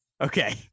Okay